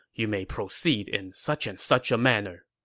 you may proceed in such and such a manner.